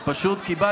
אז אתה רוצה לומר